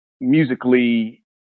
musically